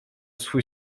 swój